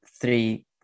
three